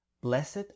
blessed